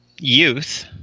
youth